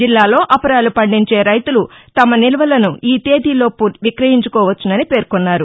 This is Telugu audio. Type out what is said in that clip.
జిల్లాలో అపరాలు పండించే రైతులు తమ నిల్వలను ఈ తేదీలోపు విక్రయించుకోవచ్చునని పేర్కొన్నారు